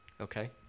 Okay